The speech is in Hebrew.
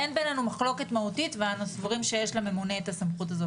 ומי שלא יעמוד בדרישות החוק ויעשה קומבינות ישללו ממנו את הרישיון,